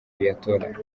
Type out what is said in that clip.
viatora